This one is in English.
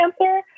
answer